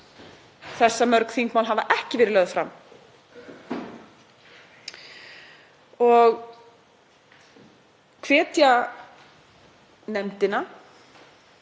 því að mörg þingmál hafa ekki verið lögð fram, og hvetja nefndina